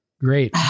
Great